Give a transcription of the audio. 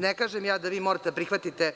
Ne kažem ja da vi morate da prihvatite